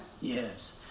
Yes